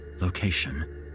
Location